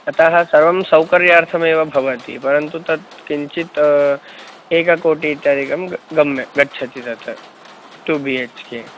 अतः सर्वं सौकर्यार्थमेव भवति परन्तु तत् किञ्चित् एककोटिः इत्यादिकं ग गम्य गच्छति तत् टु बिहेच्के